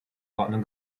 ordnung